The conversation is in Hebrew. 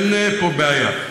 אין פה בעיה.